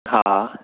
हा